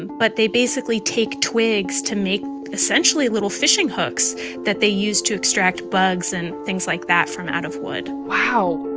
but they basically take twigs to make essentially little fishing hooks that they use to extract bugs and things like that from out of wood wow